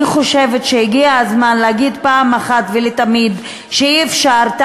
אני חושבת שהגיע הזמן להגיד אחת ולתמיד שאי-אפשר,